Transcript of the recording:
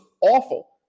awful